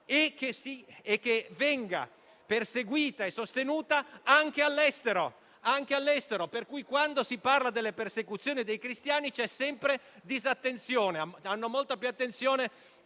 e che venga perseguita e sostenuta anche all'estero. Infatti, quando si parla delle persecuzioni dei cristiani c'è sempre disattenzione: ricevono molta più attenzione